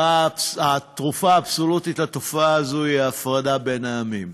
התרופה האבסולוטית לתופעה הזאת היא ההפרדה בין העמים.